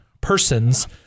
persons